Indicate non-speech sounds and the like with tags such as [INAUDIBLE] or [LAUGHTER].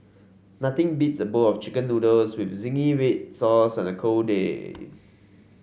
nothing beats a bowl of chicken noodles with zingy red sauce on a cold day [NOISE]